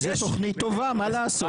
זו תוכנית טובה, מה לעשות.